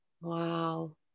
Wow